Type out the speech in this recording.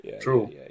True